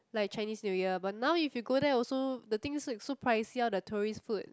like Chinese-New-Year but now if you go there also the things so so pricey all the tourist food